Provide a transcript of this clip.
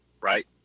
right